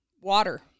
water